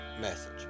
message